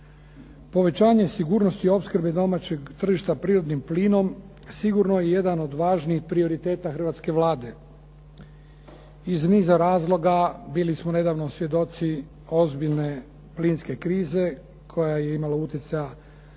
Povećanje i sigurnost i opskrbe domaćeg tržišta prirodnim plinom sigurno je jedan od važnih prioriteta hrvatske Vlade. Iz niza razloga, bili smo nedavno svjedoci ozbiljne plinske krize koja je imala utjecaja na hrvatsko